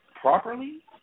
properly